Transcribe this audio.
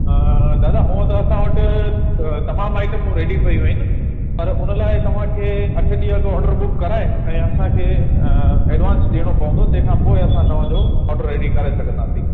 दादा हूअं त असां वटि तमामु आइटमूं रेडी पयूं आहिनि पर उन लाइ तव्हांखे अठ ॾींहं अॻ ऑर्डर बुक कराए ऐं असांखे एडवांस ॾियणो पवंदो तंहिंखां पोइ असां तव्हांजो ऑर्डर रेडी करे सघंदासीं